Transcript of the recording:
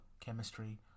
chemistry